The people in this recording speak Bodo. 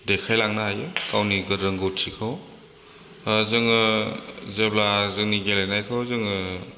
देखायलांनो हायो गावनि रोंगौथिखौ जोङो जेब्ला जोंनि गेलेनायखौ जोङो